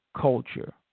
culture